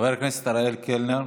חבר הכנסת אריאל קלנר,